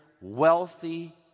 wealthy